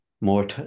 more